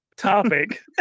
Topic